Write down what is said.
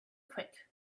quick